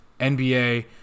nba